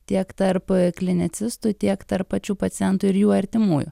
tiek tarp klinicistų tiek tarp pačių pacientų ir jų artimųjų